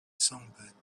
songbird